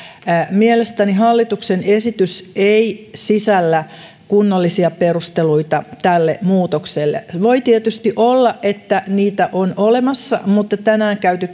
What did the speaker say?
mielestäni hallituksen esitys ei sisällä kunnollisia perusteluita tälle muutokselle voi tietysti olla että niitä on olemassa mutta tänään käyty